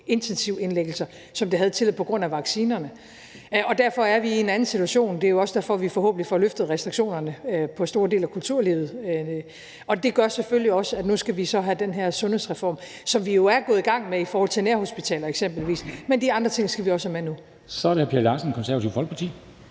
intensivindlæggelser, som det havde tidligere, på grund af vaccinerne, og derfor er vi i en anden situation. Det er jo også derfor, vi forhåbentlig får løftet restriktionerne i store dele af kulturlivet, og det gør selvfølgelig også, at nu skal vi så have den her sundhedsreform, som vi jo er gået i gang med i forhold til eksempelvis nærhospitaler, men de andre ting skal vi også have med nu. Kl. 13:12 Formanden (Henrik Dam